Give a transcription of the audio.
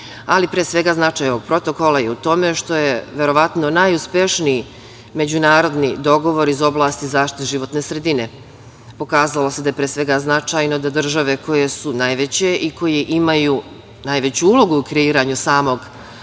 rizik. Pre svega, značaj ovog protokola je u tome što je, verovatno, najuspešniji međunarodni dogovor iz oblasti zaštite životne sredine. Pokazalo se da je, pre svega, značajno da države koje su najveće i koje imaju najveću ulogu u kreiranju samog